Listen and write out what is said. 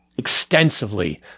extensively